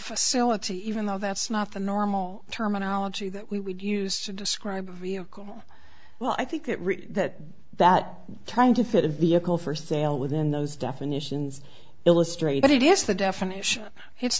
facility even though that's not the normal terminology that we would use to describe a vehicle well i think it really that that trying to fit a vehicle for sale within those definitions illustrate it is the definition it's